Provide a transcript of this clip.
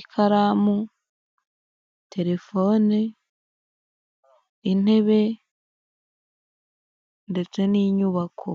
ikaramu, terefone, intebe ndetse n'inyubako.